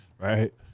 Right